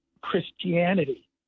Christianity